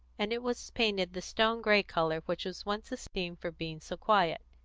and it was painted the stone-grey colour which was once esteemed for being so quiet.